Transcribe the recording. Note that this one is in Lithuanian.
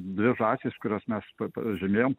dvi žąsys kurias mes pažymėjom